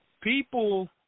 People